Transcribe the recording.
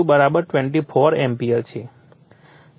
તેથી I2 24 ampere છે